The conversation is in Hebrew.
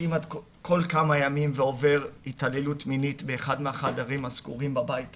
כמעט כל כמה ימים ועובר התעללות מינית באחד מהחדרים הסגורים בבית הזה.